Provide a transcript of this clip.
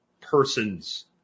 persons